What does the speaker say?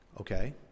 okay